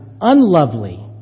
unlovely